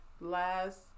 last